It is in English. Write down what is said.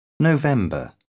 November